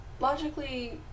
logically